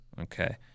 Okay